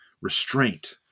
restraint